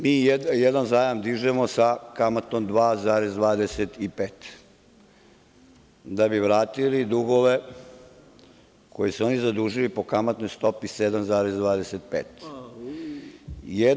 Mi jedan zajam dižemo sa kamatom 2,25 da bi vratili dugove koji su oni zadužili po kamatnoj stopi 7,25.